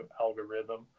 algorithm